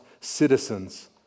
citizens